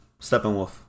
Steppenwolf